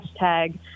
hashtag